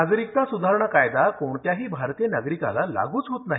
नागरिकता सुधारणा कायदा कोणताही भारतीय नागरिकाला लागू होत नाही